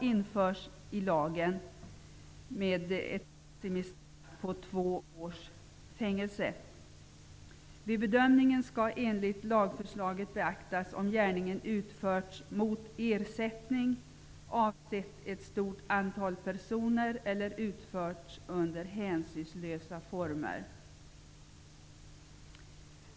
I denna paragraf stadgas ett maximistraff på två års fängelse. Enligt lagförslaget skall man vid bedömningen beakta om gärningen utförts mot ersättning, avsett ett stort antal personer eller utförts under hänsynslösa former.